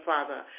Father